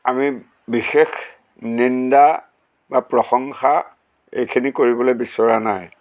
আমি বিশেষ নিন্দা বা প্ৰশংসা এইখিনি কৰিবলৈ বিচৰা নাই